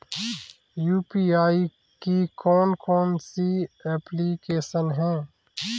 UPI की कौन कौन सी एप्लिकेशन हैं?